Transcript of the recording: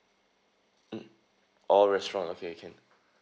mm oh restaurant okay can